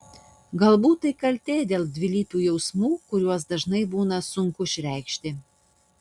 galbūt tai kaltė dėl dvilypių jausmų kuriuos dažnai būna sunku išreikšti